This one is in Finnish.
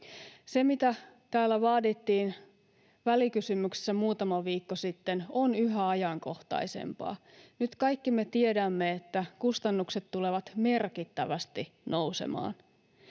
Se, mitä täällä vaadittiin välikysymyksessä muutama viikko sitten, on yhä ajankohtaisempaa. Nyt kaikki me tiedämme, että kustannukset tulevat merkittävästi nousemaan.